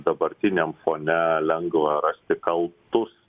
dabartiniam fone lengva rasti kaltus